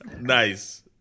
Nice